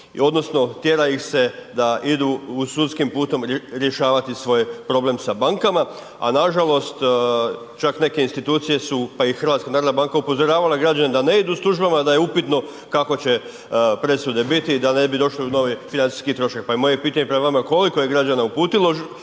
odnosno tjera ih se da idu sudskim putem rješavati svoj problem sa bankama, a nažalost čak neke institucije su pa i HNB upozoravale građane da ne idu s tužbama da je upitno kako presude biti da ne bi došli u novi financijski trošak. Pa je moje pitanje prema vama koliko je građana uputilo